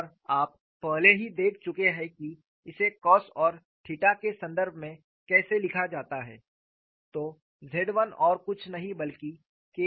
और आप पहले ही देख चुके हैं कि इसे कॉस और थीटा के संदर्भ में कैसे लिखा जाता है